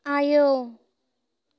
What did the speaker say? आयौ